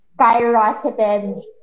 skyrocketed